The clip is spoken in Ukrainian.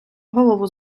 голову